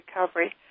recovery